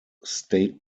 state